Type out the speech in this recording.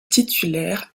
titulaire